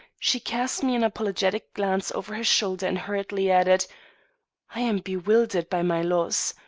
she cast me an apologetic glance over her shoulder and hurriedly added i am bewildered by my loss.